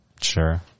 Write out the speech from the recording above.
sure